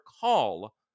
call